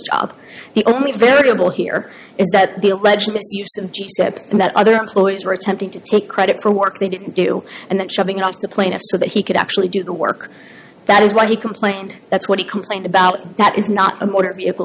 job the only variable here is that the alleged and that other employees were attempting to take credit for work they didn't do and then shutting up the plaintiff so that he could actually do the work that is why he complained that's what he complained about that is not a motor vehicle